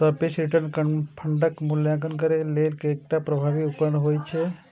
सापेक्ष रिटर्न फंडक मूल्यांकन करै लेल एकटा प्रभावी उपकरण होइ छै